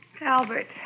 Albert